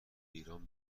ایران